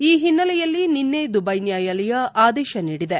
ಈ ಹಿನ್ನೆಲೆಯಲ್ಲಿ ನಿನ್ನೆ ದುದೈ ನ್ಯಾಯಾಲಯ ಆದೇಶ ನೀಡಿದೆ